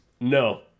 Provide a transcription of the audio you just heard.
No